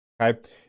okay